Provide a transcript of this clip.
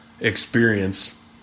experience